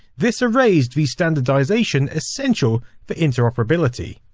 this erased the standardisation essential for interoperability.